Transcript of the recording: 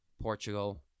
Portugal